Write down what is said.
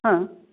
हां